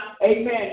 Amen